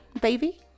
baby